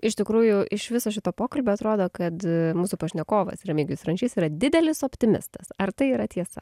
iš tikrųjų iš viso šito pokalbio atrodo kad mūsų pašnekovas remigijus rančys yra didelis optimistas ar tai yra tiesa